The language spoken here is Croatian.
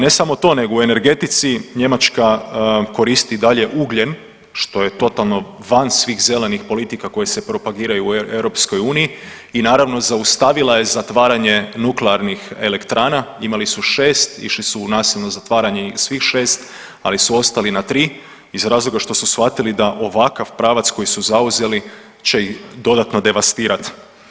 Ne samo to, nego u energetici Njemačka koristi dalje ugljen što je totalno van svih zelenih politika koje se propagiraju u EU i naravno zaustavila je zatvaranje nuklearnih elektrana, imali su 6, išli su nasilno zatvaranje svih 6, ali su ostali na 3 iz razloga što su shvatili da ovakav pravac koji su zauzeli će ih dodatno devastirat.